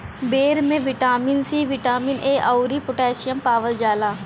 बेर में vitamin C, vitamin A अउरी पोटैशियम पावल जाला